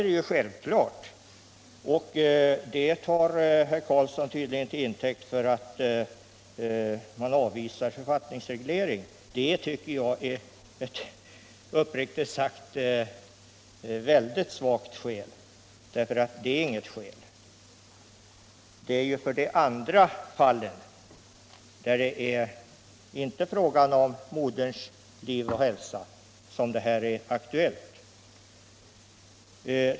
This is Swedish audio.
Detta tar herr Karlsson tydligen till intäkt för att man skall avvisa författningsreglering. Det tycker jag uppriktigt sagt är ett väldigt svagt skäl, för det är inget skäl. Det är ju för de andra fallen, där det inte är fråga om moderns liv och hälsa, som det är aktuellt med en författningsreglering.